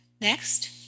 Next